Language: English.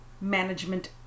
Management